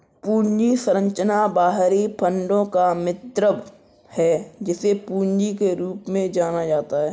पूंजी संरचना बाहरी फंडों का मिश्रण है, जिसे पूंजी के रूप में जाना जाता है